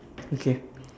okay